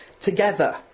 together